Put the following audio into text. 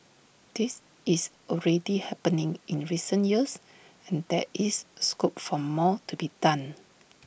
this is already happening in recent years and there is scope for more to be done